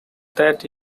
that